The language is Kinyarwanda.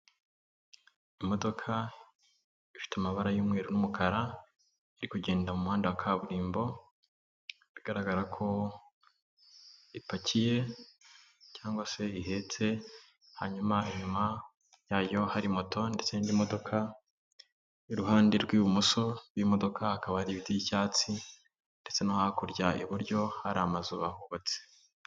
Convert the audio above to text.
Imodoka ifite amabara y'umweru n'umukara iri kugenda mu muhanda wa kaburimbo, bigaragara ko ipakiye cyangwa se ihetse. Hanyuma inyuma yayo hari moto ndetse n'indi modoka, iruhande rw'ibumoso bw'iyo modoka hakaba hari ibiti y'icyatsi ndetse no hakurya iburyo hari amazu ahubatse.